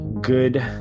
good